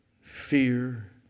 fear